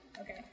Okay